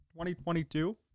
2022